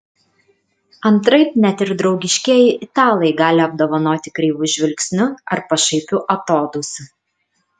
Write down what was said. antraip net ir draugiškieji italai gali apdovanoti kreivu žvilgsniu ar pašaipiu atodūsiu